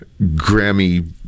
grammy